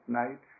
night